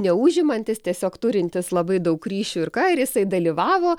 neužimantis tiesiog turintis labai daug ryšių ir ką ir jisai dalyvavo